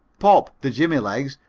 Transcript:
pop, the jimmy-legs,